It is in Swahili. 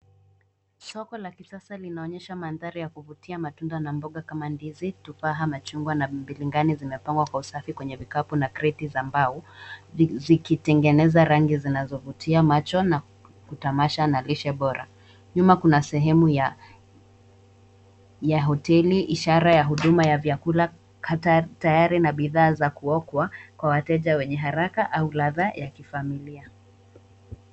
Soko la kisasa linaonyesha mandhari ya kuvutia. Matunda na mboga kama ndizi, tufaha machungwa na mbiringanya zimepangwa kwa usafi kwenye vikapu na kreti za mbao zikitengeneza rangi zinazovutia macho na kutamasha na lishe bora. Nyuma kuna sehemu ya hoteli ishara ya huduma ya vyakula tayari na bidhaa za kuokwa kwa wateja wenye haraka au ladha ya kifamilia.